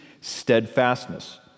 steadfastness